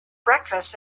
breakfast